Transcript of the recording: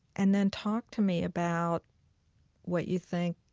and then talk to me about what you think